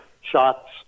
shots